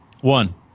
one